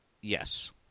Yes